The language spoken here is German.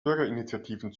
bürgerinitiativen